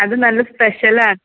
അത് നല്ല സ്പെഷ്യലാണ്